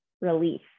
relief